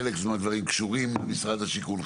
חלק מהדברים קשורים למשרד השיכון,